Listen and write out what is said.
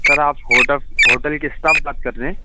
سر آپ ہوٹل کے اسٹاف بات کر رہے ہیں